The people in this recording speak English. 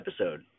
episode